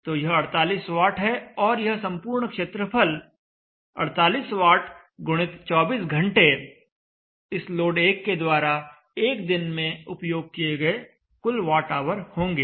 तो यह 48 वाट है और यह संपूर्ण क्षेत्रफल 48 वाट x 24 घंटे इस लोड 1 के द्वारा एक दिन में उपयोग किए गए कुल वाट ऑवर होंगे